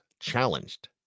challenged